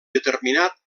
determinat